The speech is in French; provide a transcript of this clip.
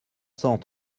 cent